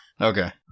okay